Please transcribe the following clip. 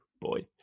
boy